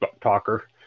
talker